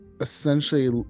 essentially